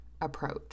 approach